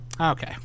Okay